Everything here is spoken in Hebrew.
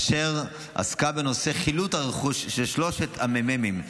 אשר עסקה בנושא חילוט הרכוש של שלושת המ"מים,